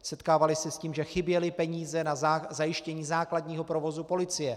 Setkávali se s tím, že chyběly peníze na zajištění základního provozu policie.